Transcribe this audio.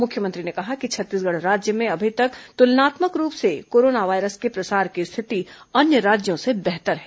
मुख्यमंत्री ने कहा कि छत्तीसगढ़ राज्य में अभी तक तुलनात्मक रूप से कोरोना वायरस के प्रसार की स्थिति अन्य राज्यों से बेहतर है